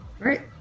right